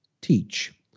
teach